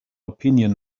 opinion